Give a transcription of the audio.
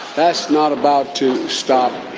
that's not about to stop